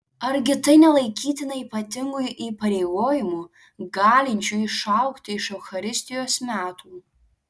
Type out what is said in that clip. argi tai nelaikytina ypatingu įpareigojimu galinčiu išaugti iš eucharistijos metų